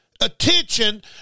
attention